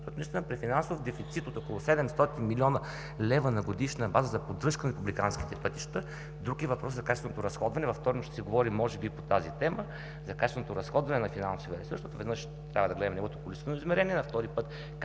Наистина при финансов дефицит от около 700 млн. лв. на годишна база за поддръжка на републиканските пътища, друг е въпросът за качественото разходване. Във вторник ще си говорим може би по тази тема – за качественото разходване на финансовия ресурс, защото веднъж трябва да гледаме неговото количествено измерение, а втори път